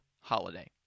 holiday